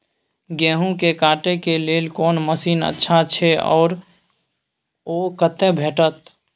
गेहूं के काटे के लेल कोन मसीन अच्छा छै आर ओ कतय भेटत?